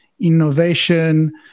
innovation